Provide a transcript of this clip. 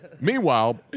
Meanwhile